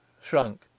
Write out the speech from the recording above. shrunk